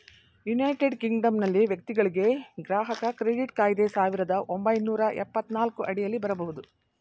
United ಕಿಂಗ್ಡಮ್ನಲ್ಲಿ ವ್ಯಕ್ತಿಗಳ್ಗೆ ಗ್ರಾಹಕ ಕ್ರೆಡಿಟ್ ಕಾಯ್ದೆ ಸಾವಿರದ ಒಂಬೈನೂರ ಎಪ್ಪತ್ತನಾಲ್ಕು ಅಡಿಯಲ್ಲಿ ಬರಬಹುದು